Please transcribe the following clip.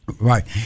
Right